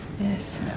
Yes